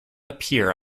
appear